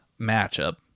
matchup